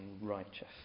righteous